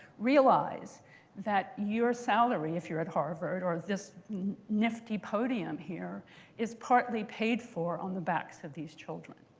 realize that your salary, if you're at harvard, or this nifty podium here is partly paid for on the backs of these children.